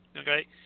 okay